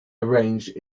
arranged